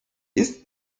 ist